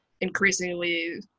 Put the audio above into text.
increasingly